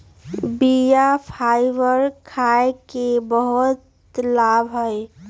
बीया फाइबर खाय के बहुते लाभ हइ